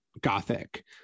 Gothic